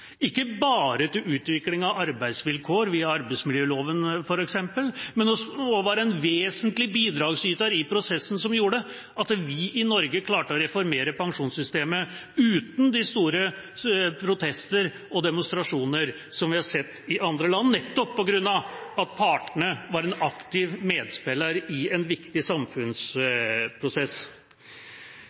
utvikling av arbeidsvilkår via f.eks. arbeidsmiljøloven, men som også var en vesentlig bidragsyter i prosessen som gjorde at vi i Norge klarte å reformere pensjonssystemet uten de store protester og demonstrasjoner som vi har sett i andre land, nettopp på grunn av at partene var aktive medspillere i en viktig samfunnsprosess.